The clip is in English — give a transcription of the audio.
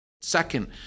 Second